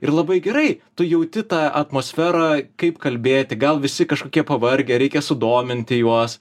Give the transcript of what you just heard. ir labai gerai tu jauti tą atmosferą kaip kalbėti gal visi kažkokie pavargę reikia sudominti juos